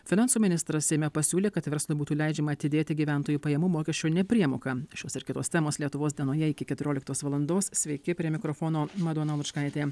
finansų ministras seime pasiūlė kad verslui būtų leidžiama atidėti gyventojų pajamų mokesčio nepriemoką šios ir kitos temos lietuvos dienoje iki keturioliktos valandos sveiki prie mikrofono madona lučkaitė